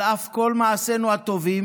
על אף כל מעשינו הטובים,